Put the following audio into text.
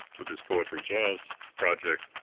with his poetry jazz project.